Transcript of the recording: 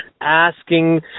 asking